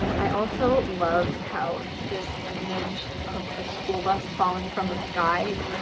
um i also loved how this image of a school bus falling from the sky,